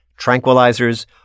tranquilizers